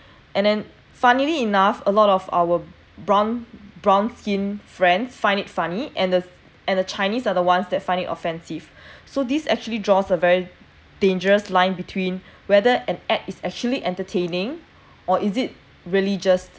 and then funnily enough a lot of our brown brown skin friend find it funny and the and the chinese are the ones that find it offensive so this actually draws a very dangerous line between whether an ad is actually entertaining or is it religious